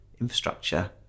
infrastructure